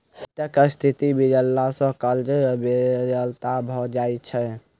वित्तक स्थिति बिगड़ला सॅ कर्जक बेगरता भ जाइत छै